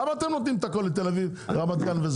למה אתם נותנים את הכל לתל אביב, רמת גן?